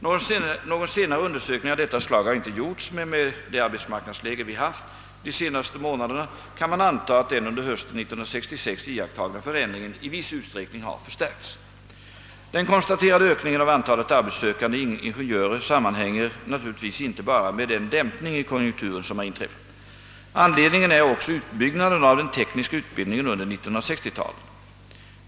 Någon senare undersökning av detta slag har inte gjorts, men med det arbetsmarknadsläge vi haft de senaste månaderna kan man anta att den under hösten 1966 iakttagna förändringen i viss utsträckning har förstärkts. Den konstaterade ökningen av antalet arbetssökande ingenjörer sammanhänger naturligtvis inte bara med den dämpning i konjunkturen som har inträffat. Anledningen är också utbyggnaden av den tekniska utbildningen under 1960-talet.